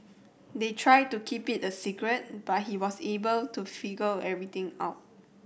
they tried to keep it a secret but he was able to figure everything out